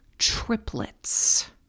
triplets